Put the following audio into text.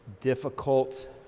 difficult